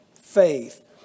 faith